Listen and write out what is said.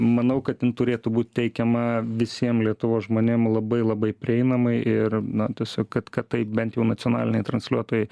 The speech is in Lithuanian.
manau kad jin turėtų būt teikiama visiem lietuvos žmonėm labai labai prieinamai ir na tiesiog kad kad taip bent jau nacionaliniai transliuotojai